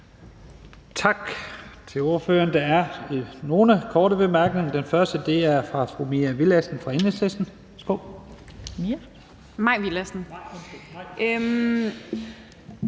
Tak til ordføreren. Der er nogle korte bemærkninger. Den første er fra fru Mai Villadsen fra Enhedslisten. Værsgo.